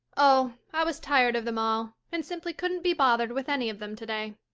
oh, i was tired of them all and simply couldn't be bothered with any of them today.